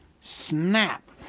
Snap